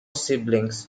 siblings